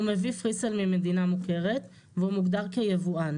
הוא מביא פרי-סייל ממדינה מוכרת והוא מוגדר כיבואן.